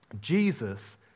Jesus